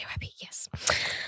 yes